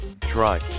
Try